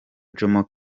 jomo